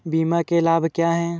बीमा के लाभ क्या हैं?